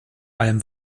allem